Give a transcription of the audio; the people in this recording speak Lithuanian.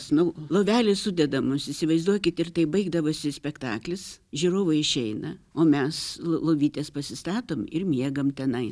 nu lovelės sudedamos įsivaizduokit ir taip baigdavosi spektaklis žiūrovai išeina o mes lo lovytes pasistatom ir miegam tenai